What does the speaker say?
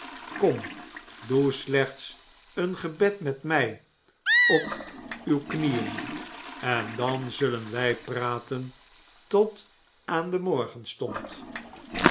kom doe slechts een gebed met mij op uw knieën en dan zullen wij praten tot aan den